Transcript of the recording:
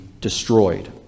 destroyed